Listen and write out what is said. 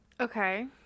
Okay